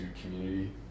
community